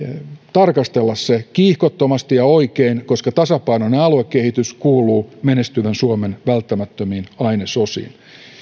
tarkastella alueellistamista kiihkottomasti ja oikein koska tasapainoinen aluekehitys kuuluu menestyvän suomen välttämättömiin ainesosiin